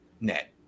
net